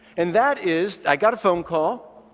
and that is, i got a phone call.